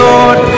Lord